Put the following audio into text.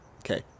Okay